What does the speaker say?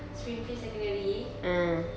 springfield secondary